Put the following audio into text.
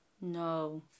No